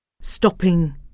Stopping